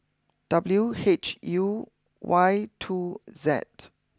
W H U Y two Z